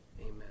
Amen